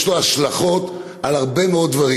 יש לזה השלכות על הרבה מאוד דברים.